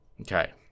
Okay